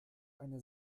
eine